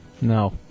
no